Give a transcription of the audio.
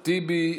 טיבי,